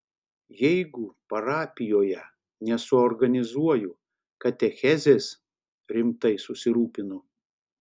jeigu parapijoje nesuorganizuoju katechezės rimtai susirūpinu